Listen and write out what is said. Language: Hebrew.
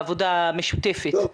העבודה המשותפת.